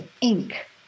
ink